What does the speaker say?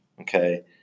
Okay